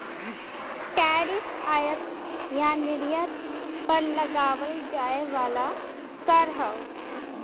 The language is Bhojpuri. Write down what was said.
टैरिफ आयात या निर्यात पर लगावल जाये वाला कर हौ